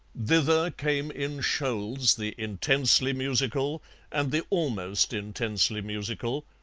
thither came in shoals the intensely musical and the almost intensely musical,